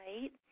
right